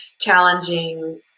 challenging